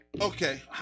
Okay